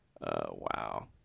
wow